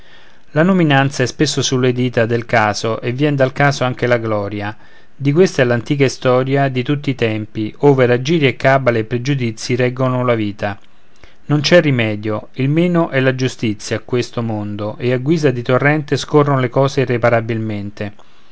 la nominanza è spesso sulle dita del caso e vien dal caso anche la gloria questa è l'antica istoria di tutti i tempi ove raggiri e cabale e pregiudizi reggono la vita non c'è rimedio il meno è la giustizia a questo mondo e a guisa di torrente scorron le cose irreparabilmente